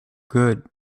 good